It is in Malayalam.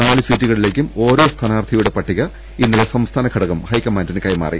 നാല് സീറ്റുകളിലേക്കും ഓരോ സ്ഥാനാർത്ഥികളുടെ പട്ടിക ഇന്നലെ സംസ്ഥാന ഘടകം ഹൈക്കമാൻഡിന് കൈമാറി